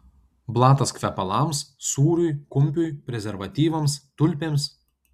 blatas kvepalams sūriui kumpiui prezervatyvams tulpėms